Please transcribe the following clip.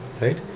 right